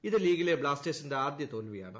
ഇത് ലീഗിലെ ബ്ലാസ്റ്റേഴ്സിന്റെ ആദ്യ ത്തോൽവിയാണ്